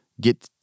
get